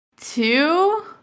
two